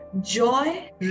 Joy